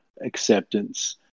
acceptance